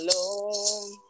alone